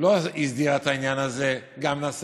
שלא הסדירה את העניין הזה נסעה.